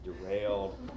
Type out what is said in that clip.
derailed